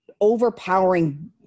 overpowering